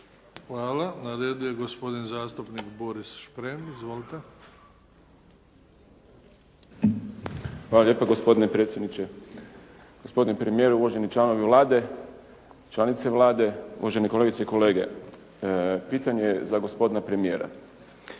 Hvala. Na redu je gospodin zastupnik Boris Šprem. Izvolite. **Šprem, Boris (SDP)** Hvala lijepa gospodine predsjedniče. Gospodine premijeru, uvaženi članovi Vlade, članice Vlade, uvaženi kolegice i kolege. Pitanje je za gospodine premijera.